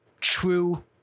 true